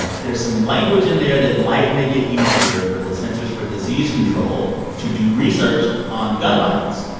there's some language in there that might make it easier for the centers for disease control to do research on gun violence.